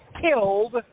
killed